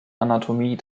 anatomie